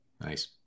nice